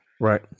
Right